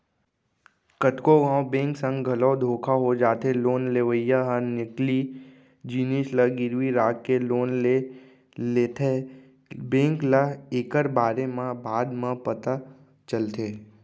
कतको घांव बेंक संग घलो धोखा हो जाथे लोन लेवइया ह नकली जिनिस ल गिरवी राखके लोन ले लेथेए बेंक ल एकर बारे म बाद म पता चलथे